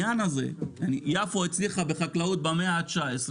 יפו הצליחה בחקלאות במאה ה-19,